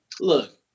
Look